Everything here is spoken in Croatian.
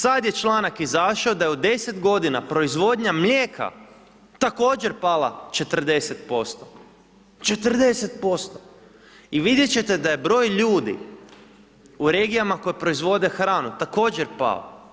Sad je članak izašo da je u 10 godina proizvodnja mlijeka također pala 40%, 40% i vidjet ćete da je broj ljudi u regijama koje proizvode hranu također pao.